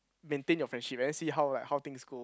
maintain your friendship and then see how right how things go